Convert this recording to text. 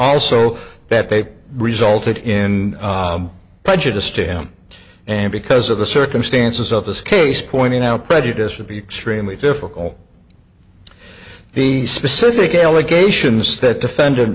also that they resulted in prejudice to him and because of the circumstances of this case pointing out prejudice would be extremely difficult the specific allegations that defended